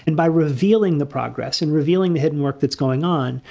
and by revealing the progress and revealing the hidden work that's going on,